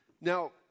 Now